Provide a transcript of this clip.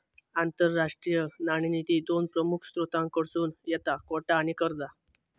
आंतरराष्ट्रीय नाणेनिधी दोन प्रमुख स्त्रोतांकडसून येता कोटा आणि कर्जा